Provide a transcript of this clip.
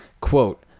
Quote